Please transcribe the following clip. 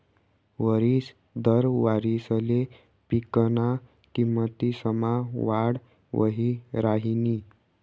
वरिस दर वारिसले पिकना किमतीसमा वाढ वही राहिनी